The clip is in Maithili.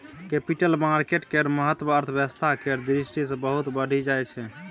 कैपिटल मार्केट केर महत्व अर्थव्यवस्था केर दृष्टि सँ बहुत बढ़ि जाइ छै